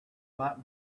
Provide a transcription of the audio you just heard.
might